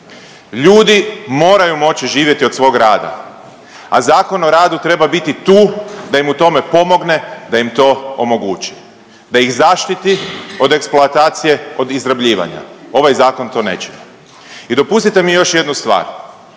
Ljudi moraju moći živjeti od svog rada, a Zakon o radu treba biti tu da im u tome pomogne da im to omogući, da ih zaštiti od eksploatacije od izrabljivanja, ovaj zakon to neće. I dopustite mi još jednu stvar,